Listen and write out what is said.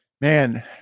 Man